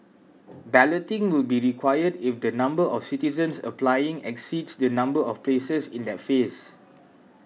balloting will be required if the number of citizens applying exceeds the number of places in that phase